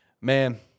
man